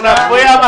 הם התפנו?